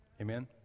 Amen